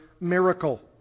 miracle